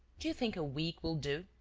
do you think a week will do?